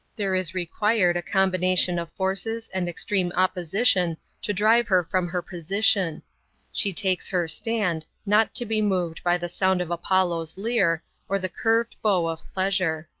there is required a combination of forces and extreme opposition to drive her from her position she takes her stand, not to be moved by the sound of apollo's lyre or the curved bow of pleasure.